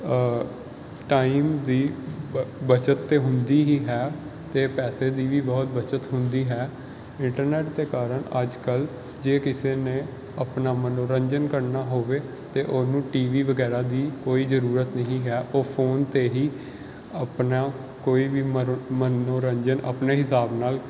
time ਦੀ ਬ ਬਚਤ 'ਤੇ ਹੁੰਦੀ ਹੀ ਹੈ ਅਤੇ ਪੈਸੇ ਦੀ ਵੀ ਬਹੁਤ ਬਚਤ ਹੁੰਦੀ ਹੈ ਇੰਟਰਨੈੱਟ ਦੇ ਕਾਰਨ ਅੱਜ ਕੱਲ੍ਹ ਜੇ ਕਿਸੇ ਨੇ ਆਪਣਾ ਮਨੋਰੰਜਨ ਕਰਨਾ ਹੋਵੇ ਤਾਂ ਉਹਨੂੰ ਟੀਵੀ ਵਗੈਰਾ ਦੀ ਕੋਈ ਜ਼ਰੂਰਤ ਨਹੀਂ ਹੈ ਉਹ ਫੋਨ 'ਤੇ ਹੀ ਆਪਣਾ ਕੋਈ ਵੀ ਮਨੋ ਮਨੋਰੰਜਨ ਆਪਣੇ ਹਿਸਾਬ ਨਾਲ